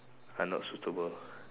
are not suitable